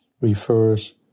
refers